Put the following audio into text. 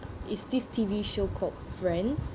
is this T_V show called friends